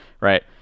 right